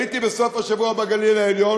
הייתי בסוף השבוע בגליל-העליון,